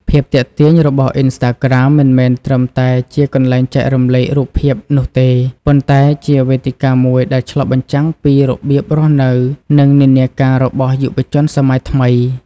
ភាពទាក់ទាញរបស់ អុីនស្តាក្រាម មិនមែនត្រឹមតែជាកន្លែងចែករំលែករូបភាពនោះទេ ប៉ុន្តែជាវេទិកាមួយដែលឆ្លុះបញ្ចាំងពីរបៀបរស់នៅ និងនិន្នាការរបស់យុវជនសម័យថ្មី។